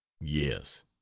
yes